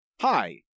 hi